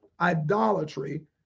Idolatry